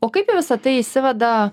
o kaip į visa tai įsiveda